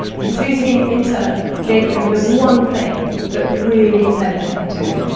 and toosey in turn gave him the one thing that really meant something to him,